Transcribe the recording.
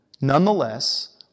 Nonetheless